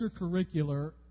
extracurricular